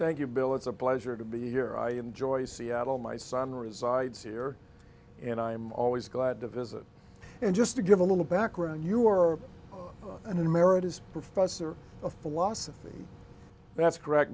thank you bill it's a pleasure to be here i enjoy seattle my son resides here and i'm always glad to visit and just to give a little background you are an emeritus professor of philosophy that's correct